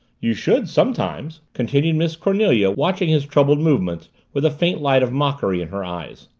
you should, sometimes, continued miss cornelia, watching his troubled movements with a faint light of mockery in her eyes.